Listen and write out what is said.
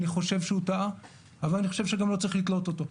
אני חושב שהוא טעה אבל אני גם חושב שלא צריך לתלות אותו.